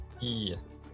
Yes